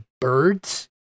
birds